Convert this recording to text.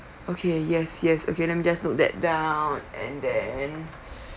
okay yes yes okay let me just note that down and then